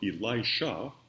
Elisha